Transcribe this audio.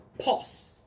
pause